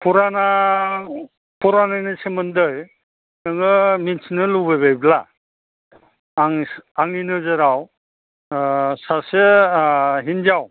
फुराना फुरानानि सोमोन्दै नोङो मिथिनो लुबैबायब्ला आं आंनि नोजोराव सासे हिन्जाव